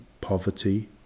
poverty